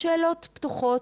השאלות האלה פתוחות,